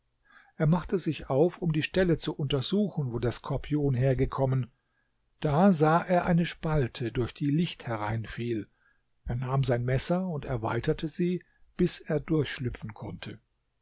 er machte sich auf um die stelle zu untersuchen wo der skorpion hergekommen da sah er eine spalte durch die licht hereinfiel er nahm sein messer und erweiterte sie bis er durchschlüpfen konnte